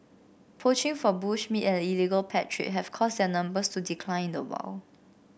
poaching for bush meat and illegal pet trade have caused their numbers to decline in the wild